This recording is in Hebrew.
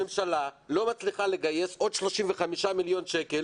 הממשלה לא מצליחה לגייס עוד 35 מיליון שקלים